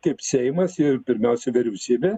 kaip seimas ir pirmiausia vyriausybė